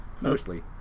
mostly